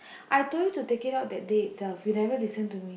I told you to take it out that day itself you never listen to me